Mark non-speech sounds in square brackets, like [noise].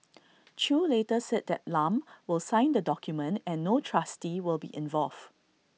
[noise] chew later set that Lam will sign the document and no trustee will be involved